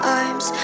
arms